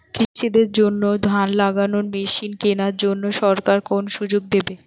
কৃষি দের জন্য ধান লাগানোর মেশিন কেনার জন্য সরকার কোন সুযোগ দেবে?